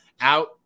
out